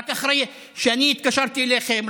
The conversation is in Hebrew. רק אחרי שאני התקשרתי אליכם,